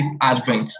advent